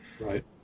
Right